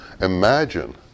Imagine